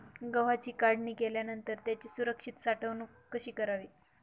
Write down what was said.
गव्हाची काढणी केल्यानंतर त्याची सुरक्षित साठवणूक कशी करावी?